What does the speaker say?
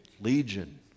Legion